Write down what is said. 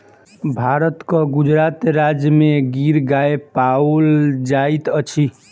भारतक गुजरात राज्य में गिर गाय पाओल जाइत अछि